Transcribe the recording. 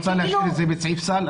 הנשים המוכות את רוצה להשאיר בסעיף סל.